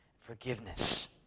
forgiveness